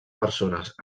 persones